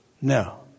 No